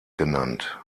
genannt